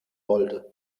wollte